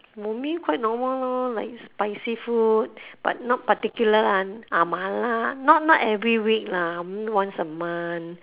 for me quite normal lor like spicy food but not particular lah ah mala not not every week lah once a month